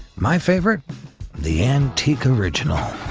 my favorite the antique original.